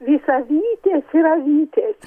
vis avytės ir avytės